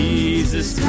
Jesus